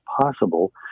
possible